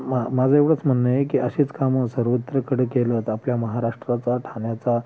माझं एवढंच म्हणणं की अशीच कामं सर्वत्र कडे केलं तर आपल्या महाराष्ट्राचा ठाण्याचा